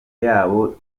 yabo